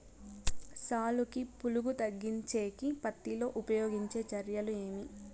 సాలుకి పులుగు తగ్గించేకి పత్తి లో ఉపయోగించే చర్యలు ఏమి?